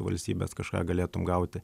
valstybės kažką galėtum gauti